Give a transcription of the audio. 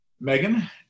megan